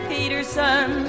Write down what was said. Peterson